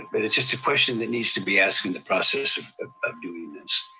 and but it's just a question that needs to be asked in the process of doing this.